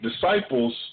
disciples